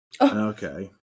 Okay